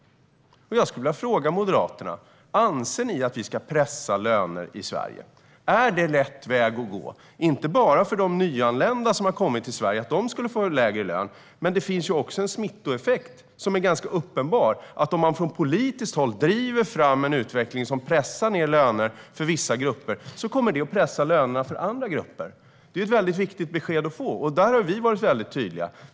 Jag skulle vilja fråga Moderaterna: Anser ni att vi ska pressa löner i Sverige? Är det rätt väg att gå? Det handlar inte bara om att de nyanlända som kommit till Sverige skulle få lägre lön, utan det finns också en ganska uppenbar smittoeffekt. Om man från politiskt håll driver fram en utveckling som pressar ned lönerna för vissa grupper kommer det att pressa lönerna även för andra grupper. Det här är ett väldigt viktigt besked att få. Vi har för vår del varit väldigt tydliga.